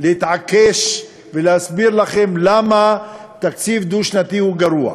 להתעקש ולהסביר לכם למה תקציב דו-שנתי הוא גרוע.